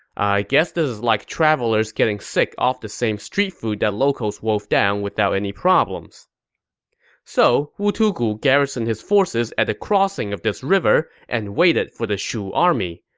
i guess this is like travelers getting sick off the same street food that locals wolf down without any problems so wu tugu garrisoned his forces at the crossing of this river and waited for the shu army.